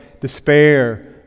despair